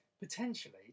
potentially